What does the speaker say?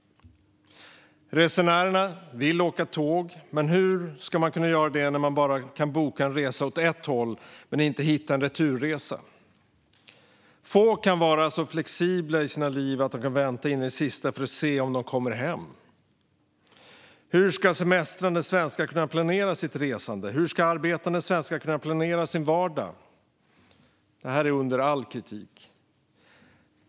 Resenärerna vill åka tåg, men hur ska de kunna göra det när man bara kan boka en resa åt ett håll men inte hitta en returresa? Få kan vara så flexibla i sina liv att de kan vänta in i det sista för att se om de kommer hem. Hur ska semestrande svenskar kunna planera sitt resande? Hur ska arbetande svenskar kunna planera sin vardag? Det här är under all kritik!